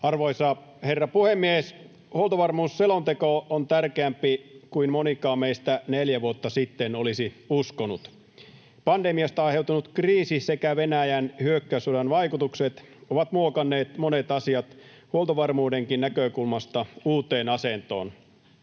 Arvoisa herra puhemies! Huoltovarmuusselonteko on tärkeämpi kuin monikaan meistä neljä vuotta sitten olisi uskonut. Pandemiasta aiheutunut kriisi sekä Venäjän hyökkäyssodan vaikutukset ovat muokanneet monet asiat huoltovarmuudenkin näkökulmasta uuteen asentoon